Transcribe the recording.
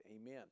Amen